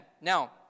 Now